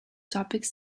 topics